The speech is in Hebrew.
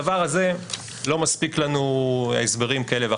הדבר הזה לא מספיק לנו הסברים כאלה ואחרים,